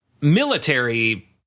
military